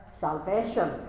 salvation